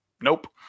nope